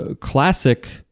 classic